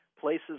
places